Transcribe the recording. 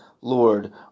Lord